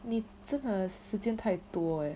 你真的时间太多 eh